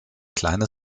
kleine